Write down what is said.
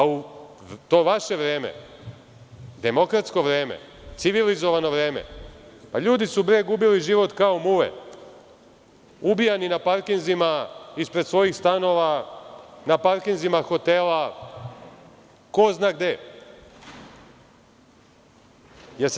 U to vaše vreme, demokratsko vreme, civilizovano vreme, pa ljudi su bre gubili život kao muve, ubijani na parkinzima, ispred svojih stanova, na parkinzima hotela, ko zna gde.